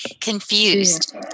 confused